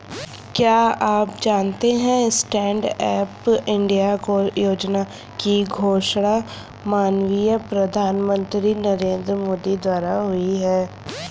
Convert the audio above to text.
क्या आप जानते है स्टैंडअप इंडिया योजना की घोषणा माननीय प्रधानमंत्री नरेंद्र मोदी द्वारा हुई?